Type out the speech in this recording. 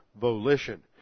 volition